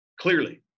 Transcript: clearly